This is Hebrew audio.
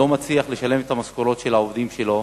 ולא מצליח לשלם את המשכורות של העובדים שלו,